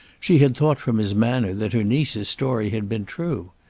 she had thought from his manner that her niece's story had been true.